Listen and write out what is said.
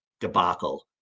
debacle